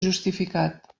justificat